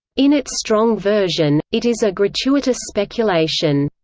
in its strong version, it is a gratuitous speculation.